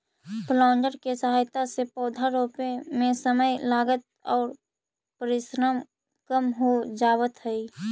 planter के सहायता से पौधा रोपे में समय, लागत आउ परिश्रम कम हो जावऽ हई